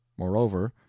moreover,